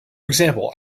example